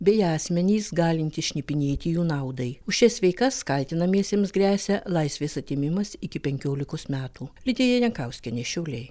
bei asmenys galintys šnipinėti jų naudai už šias veikas kaltinamiesiems gresia laisvės atėmimas iki penkiolikos metų lidija jankauskienė šiauliai